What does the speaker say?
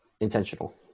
intentional